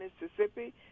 Mississippi